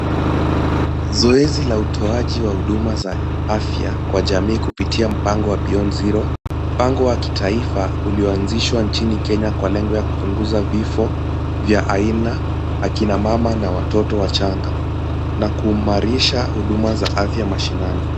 Zoezi la utoaji wa huduma za afya kwa jamii kupitia mpango wa Beyond Zero, mpango wa kitaifa ulioanzishwa nchini Kenya kwa lengo ya kupunguza vifo vya aina akina mama na watoto wachanga na kuimarisha huduma za afya mashinani.